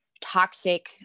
toxic